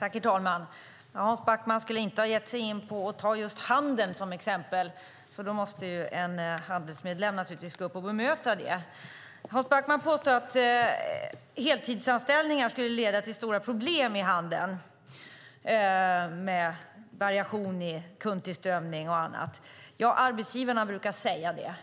Herr talman! Hans Backman skulle inte ha gett sig in på just handeln som exempel, för då måste en Handelsmedlem naturligtvis gå upp och bemöta det. Hans Backman påstår att heltidsanställningar skulle leda till stora problem i handeln med variation i kundtillströmning och annat. Ja, arbetsgivarna brukar säga det.